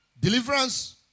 deliverance